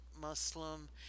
Muslim